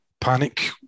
panic